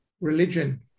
religion